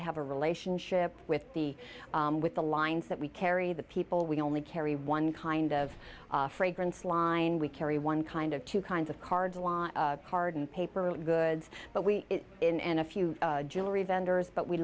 to have a relationship with the with the lines that we carry the people we only carry one kind of fragrance line we carry one kind of two kinds of cards was card and paper goods but we in and a few jewelry vendors but we